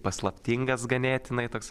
paslaptingas ganėtinai toks